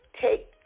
take